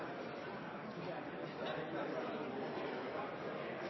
presentere